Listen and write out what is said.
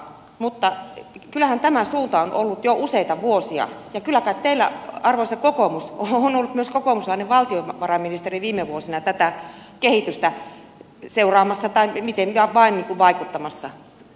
mutta kyllähän tämä suunta on ollut jo useita vuosia ja kyllä kai teillä arvoisa kokoomus on ollut myös kokoomuslainen valtiovarainministeri viime vuosina tätä kehitystä seuraamassa tai miten vain vaikuttamassa